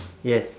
yes